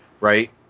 Right